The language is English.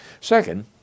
Second